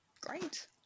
great